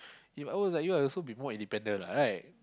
If I was like you I also be more independent lah right